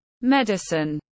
medicine